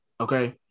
okay